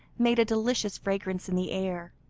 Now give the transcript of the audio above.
made a delicious fragrance in the air,